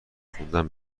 خوندن